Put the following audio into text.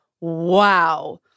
wow